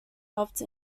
helped